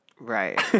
Right